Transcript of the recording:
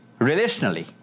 relationally